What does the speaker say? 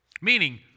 meaning